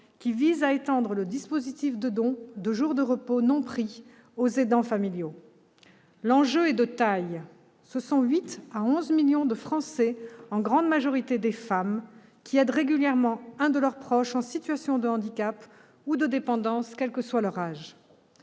loi visant à étendre le dispositif de don de jours de repos non pris aux aidants familiaux. L'enjeu est de taille, car ce sont 8 millions à 11 millions de Français, en grande majorité des femmes, qui aident régulièrement un de leurs proches en situation de handicap ou de dépendance, quel que soit leur âge.